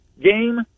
Game